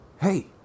Hey